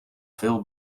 veel